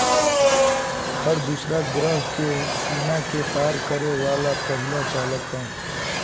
हर दूसरा ग्रह के सीमा के पार करे वाला पहिला चालक ह